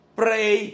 pray